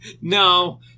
No